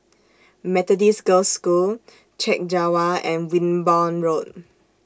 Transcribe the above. Methodist Girls' School Chek Jawa and Wimborne Road